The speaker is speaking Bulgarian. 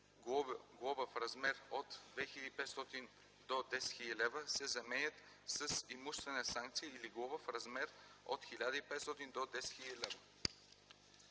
„глоба в размер от 2500 до 10 000 лв.” се заменят с „имуществена санкция или глоба в размер от 1500 до 10 000 лв.”.”